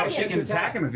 um she can attack him!